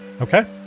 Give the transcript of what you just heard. Okay